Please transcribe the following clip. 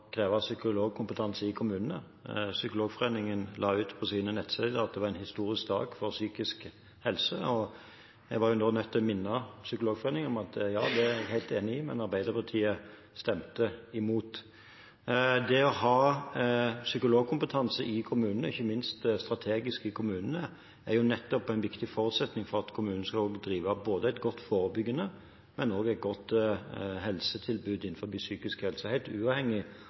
kreve psykologkompetanse i kommunene. Psykologforeningen la ut på sine nettsider at det var en historisk dag for psykisk helse. Jeg var da nødt til å minne Psykologforeningen om at ja, det er jeg helt enig i, men Arbeiderpartiet stemte imot. Det å ha psykologkompetanse i kommunene – ikke minst strategisk – er nettopp en viktig forutsetning for at kommunene skal kunne ha både et godt forebyggende tilbud og et godt helsetilbud innen psykisk helse, helt uavhengig